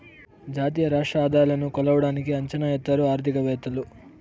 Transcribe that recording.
జాతీయ రాష్ట్ర ఆదాయాలను కొలవడానికి అంచనా ఎత్తారు ఆర్థికవేత్తలు